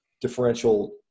differential